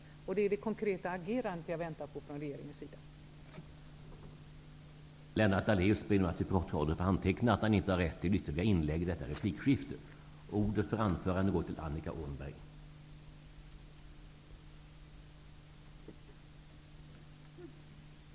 Det är således det konkreta agerandet från regeringens sida som jag väntar på.